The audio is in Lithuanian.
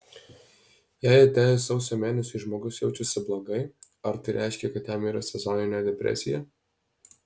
jei atėjus sausio mėnesiui žmogus jaučiasi blogai ar tai reiškia kad jam yra sezoninė depresija